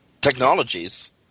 technologies –